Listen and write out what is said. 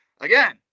again